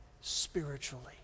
spiritually